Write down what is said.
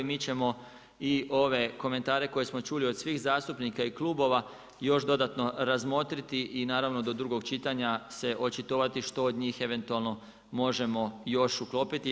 Mi ćemo i ove komentare koje smo čuli od svih zastupnika i klubova još dodatno razmotriti i naravno do drugog čitanja se očitovati što od njih eventualno možemo još uklopiti.